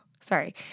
Sorry